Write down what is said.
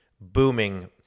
booming